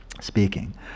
speaking